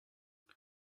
they